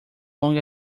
long